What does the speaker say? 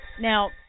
Now